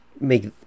make